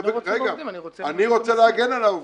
אני רוצה להגן על העובדים.